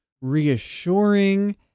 reassuring